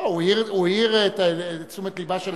הוא העיר את תשומת לבה של,